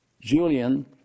Julian